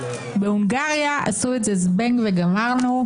בהונגריה עשו את זה זבנג וגמרנו.